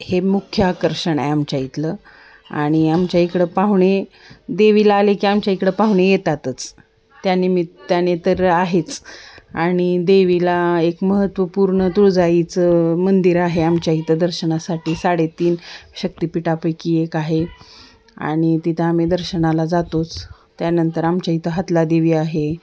हे मुख्य आकर्षण आहे आमच्या इथलं आणि आमच्या इकडं पाहुणे देवीला आले की आमच्या इकडं पाहुणे येतातच त्यानिमित्ताने तर आहेच आणि देवीला एक महत्त्वपूर्ण तुळजाईचं मंदिर आहे आमच्या इथं दर्शनासाठी साडे तीन शक्तिपिठापैकी एक आहे आणि तिथं आम्ही दर्शनाला जातोच त्यानंतर आमच्या इथं हातला देवी आहे